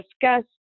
discuss